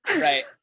right